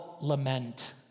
lament